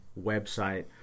website